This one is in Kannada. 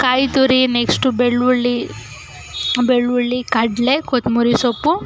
ಕಾಯಿ ತುರಿ ನೆಕ್ಸ್ಟು ಬೆಳ್ಳುಳ್ಳಿ ಬೆಳ್ಳುಳ್ಳಿ ಕಡಲೆ ಕೊತ್ತಂಬ್ರಿ ಸೊಪ್ಪು